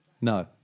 No